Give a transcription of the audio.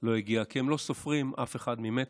לא הגיע, כי הם לא סופרים אף אחד ממטר,